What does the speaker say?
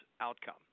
outcome